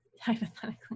Hypothetically